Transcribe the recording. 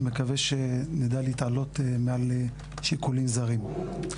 אני מקווה שנדע להתעלות מעל שיקולים זרים.